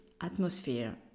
atmosphere